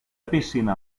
piscina